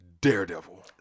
Daredevil